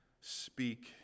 speak